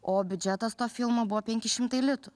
o biudžetas to filmo buvo penki šimtai litų